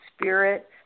spirit